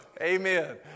Amen